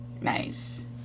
Nice